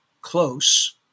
close